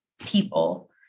people